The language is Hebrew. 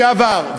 לשעבר.